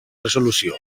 resolució